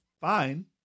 fine